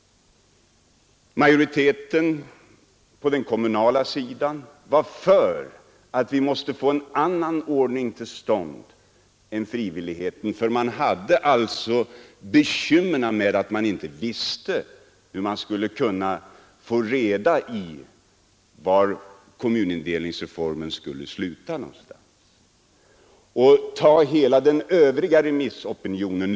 Majoriteten på den kommunala sidan ville få en annan ordning till stånd än frivilligheten, eftersom man inte visste hur den kommunala indelningsreformen skulle sluta. Eller se på hela den övriga remissopinionen.